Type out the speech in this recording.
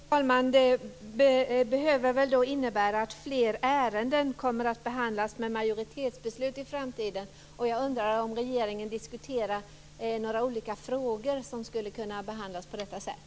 Fru talman! Det måste då innebära att fler ärenden kommer att behandlas med majoritetsbeslut i framtiden. Jag undrar om regeringen diskuterar några olika frågor som skulle kunna behandlas på detta sätt.